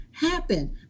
Happen